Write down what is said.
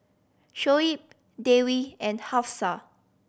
Shoaib Dewi and Hafsa